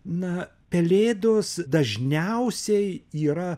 na pelėdos dažniausiai yra